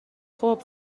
خوب